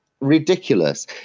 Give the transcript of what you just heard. ridiculous